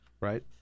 Right